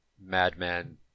madman